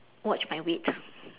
watch my weight